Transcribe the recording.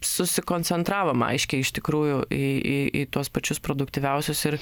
susikoncentravom aiškiai iš tikrųjų į į į tuos pačius produktyviausius ir